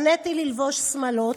שנאתי ללבוש שמלות.